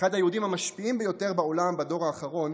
אחד היהודים המשפיעים ביותר בעולם בדור האחרון,